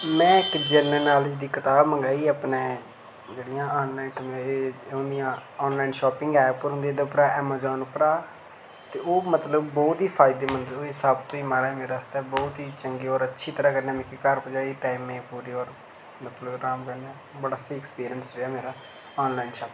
में इक general knowledge दी कताब मंगाई अपने जेह्ड़ियां आनलाइन होंदियां आनलाइन शापिंग ऐप्प होंदे एहदे उप्परां ऐमजान उप्परां ते ओह् मतलब बहुत ई फायदेमंद साबत होई माराज मेरे आस्तै बहुत ई चंगी और अच्छी तरह् मिगी घर पजाई दित्ता इ'नें मतलब आराम कन्नै बड़ा आनलाइन शापिंग